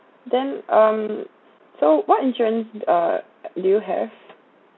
then um so what insurance uh do you have